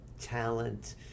talent